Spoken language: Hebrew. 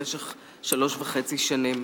במשך שלוש וחצי שנים.